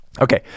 okay